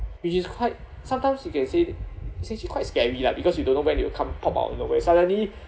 which is quite sometimes you can say it's actually quite scary lah because you don't know when they will pop of the way suddenly